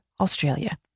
Australia